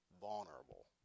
vulnerable